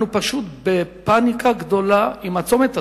אנחנו בפניקה גדולה עם הצומת הזה.